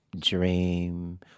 dream